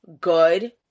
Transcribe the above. good